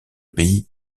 pays